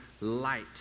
light